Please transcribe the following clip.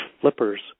flippers